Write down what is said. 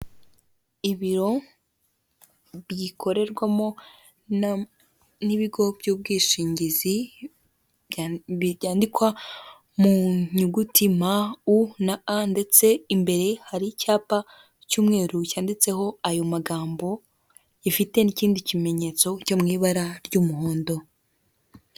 Ibiro bikorerwamo n'ibigo by'ubwishingizi biyandikwa mu nyuguti ma, u, na a ndetse imbere hari icyapa cy'umweru cyanditseho ayo magambo, gifite n' ikindi kimenyetso cyo mu ibara ry'umuhondo.